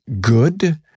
good